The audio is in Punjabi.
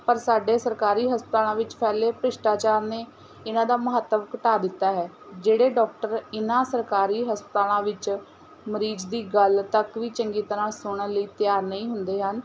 ਪਰ ਸਾਡੇ ਸਰਕਾਰੀ ਹਸਪਤਾਲਾਂ ਵਿੱਚ ਫੈਲੇ ਭ੍ਰਿਸ਼ਟਾਚਾਰ ਨੇ ਇਹਨਾਂ ਦਾ ਮਹੱਤਵ ਘਟਾ ਦਿੱਤਾ ਹੈ ਜਿਹੜੇ ਡੋਕਟਰ ਇਹਨਾਂ ਸਰਕਾਰੀ ਹਸਪਤਾਲਾਂ ਵਿੱਚ ਮਰੀਜ਼ ਦੀ ਗੱਲ ਤੱਕ ਵੀ ਚੰਗੀ ਤਰ੍ਹਾਂ ਸੁਣਨ ਲਈ ਤਿਆਰ ਨਹੀਂ ਹੁੰਦੇ ਹਨ